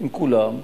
עם כולם,